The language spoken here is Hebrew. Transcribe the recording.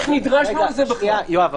איך נדרשנו לזה עכשיו?